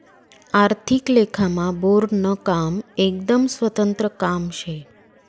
आर्थिक लेखामा बोर्डनं काम एकदम स्वतंत्र काम शे